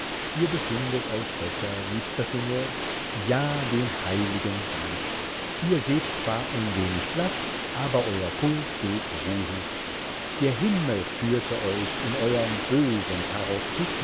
ihr befindet euch besser liebster signor ja den heiligen dank ihr seht zwar ein wenig blaß aber euer puls geht ruhig der himmel führte euch in euerm bösen